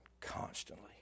constantly